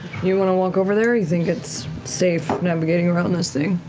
you want to walk over there or you think it's safe navigating around this thing,